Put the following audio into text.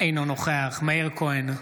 אינו נוכח מאיר כהן,